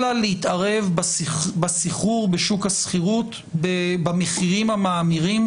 אלא להתערב בסחרור בשוק השכירות במחירים המאמירים.